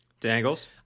Dangles